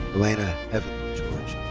alana heaven